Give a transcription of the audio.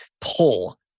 pull